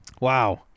Wow